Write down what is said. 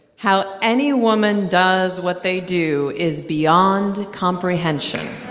how any woman does what they do is beyond comprehension